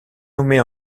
nommée